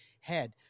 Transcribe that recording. head